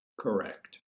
correct